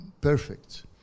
perfect